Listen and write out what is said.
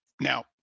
Now